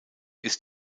ist